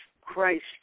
Christ